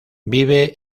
vive